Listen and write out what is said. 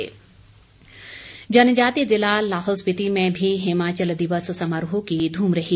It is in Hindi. लाहौल दिवस जनजातीय ज़िला लाहौल स्पिति में भी हिमाचल दिवस समारोह की धूम रही